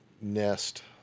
Nest